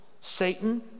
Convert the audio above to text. Satan